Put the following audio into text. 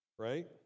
Right